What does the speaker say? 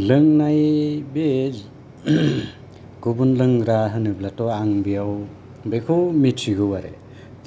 लोंनाय बे गुबुन लोंग्रा होनोबाथ' बेयाव बेखौ मिथिगौ आरो